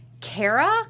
Kara—